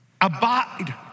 Abide